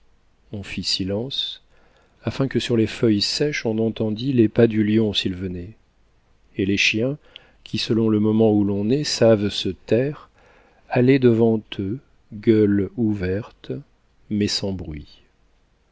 on fit silence afin que sur les feuilles sèches on entendît les pas du lion s'il venait et les chiens qui selon le moment où l'on est savent se taire allaient devant eux gueule ouverte mais sans bruit